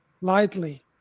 lightly